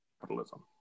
capitalism